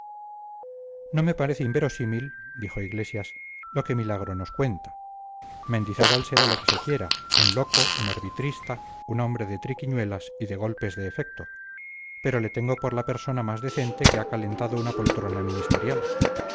no me parece inverosímil dijo iglesias lo que milagro nos cuenta mendizábal será lo que se quiera un loco un arbitrista un hombre de triquiñuelas y de golpes de efecto pero le tengo por la persona más decente que ha calentado una poltrona ministerial